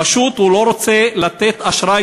פשוט הוא לא רוצה לתת אשראי